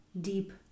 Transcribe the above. deep